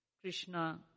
Krishna